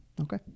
Okay